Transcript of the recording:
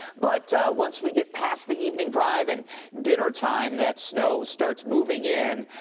but once we get past the evening drive and dinnertime, that snow starts moving in.